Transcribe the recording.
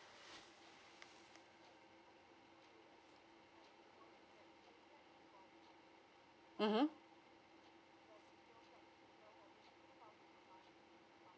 mmhmm